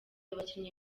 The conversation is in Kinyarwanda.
abakinnyi